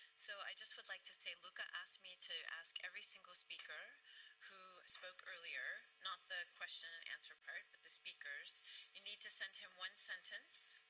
so i just would like to say luca asked me to ask every single speaker who spoke earlier not the question-and-answer part, but the speakers you need to send him one sentence,